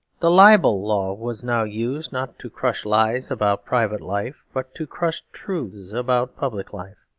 the libel law was now used, not to crush lies about private life, but to crush truths about public life.